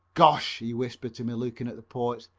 gosh, he whispered to me, looking at the porch,